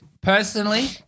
Personally